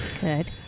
Good